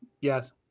Yes